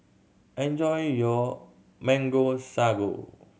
enjoy your Mango Sago